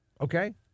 Okay